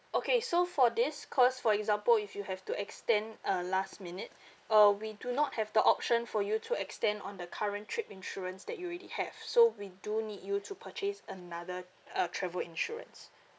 okay so for this because for example if you have to extend uh last minute uh we do not have the option for you to extend on the current trip insurance that you already have so we do need you to purchase another uh travel insurance